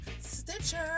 Stitcher